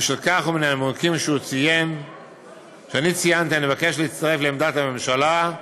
ובשל כך ומהנימוקים שציינתי אני מבקש להצטרף לעמדת הממשלה,